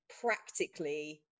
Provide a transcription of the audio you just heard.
practically